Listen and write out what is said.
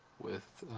with